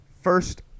first